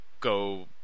go